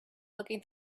looking